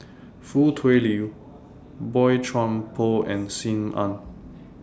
Foo Tui Liew Boey Chuan Poh and SIM Ann